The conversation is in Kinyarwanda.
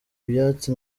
ibyatsi